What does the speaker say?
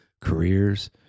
careers